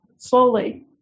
slowly